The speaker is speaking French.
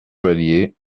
valier